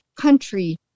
country